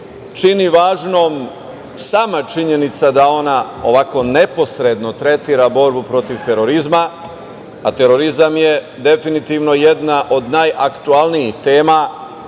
čini važnom sama činjenica da ona ovako neposredno tretira borbu protiv terorizma, a terorizam je definitivno jedna od najaktuelnijih tema